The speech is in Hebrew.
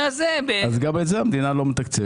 גם את זה המדינה לא מתקצבת.